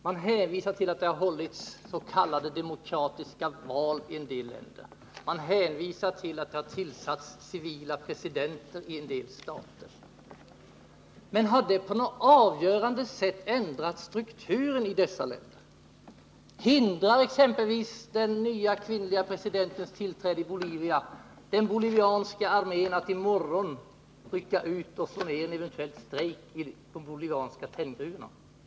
Man hänvisar till att det har hållits s.k. demokratiska val i en del länder och att det har tillsatts civila presidenter i en del stater. Men har detta på något avgörande sätt ändrat strukturen i dessa länder? Hindrar exempelvis den nya kvinnliga presidentens tillträde i Bolivia den bolivianska armén att i morgon rycka ut och slå ned en eventuell strejk i de bolivianska tenngruvorna?